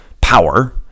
Power